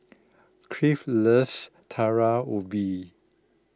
Cliff loves Talam Ubi